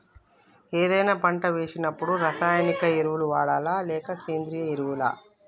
ఏదైనా పంట వేసినప్పుడు రసాయనిక ఎరువులు వాడాలా? లేక సేంద్రీయ ఎరవులా?